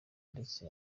ndetse